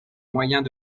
moyens